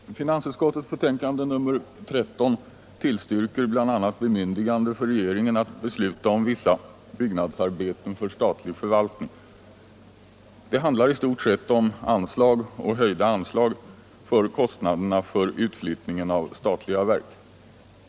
Herr talman! Finansutskottets betänkande nr 13 tillstyrker bl.a. bemyndigande för regeringen att besluta om vissa byggnadsarbeten för statlig förvaltning. Det handlar i stort sett om anslag och höjda anslag för kostnaderna för utflyttningen av statliga verk.